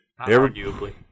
Arguably